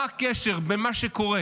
מה הקשר בין מה שקורה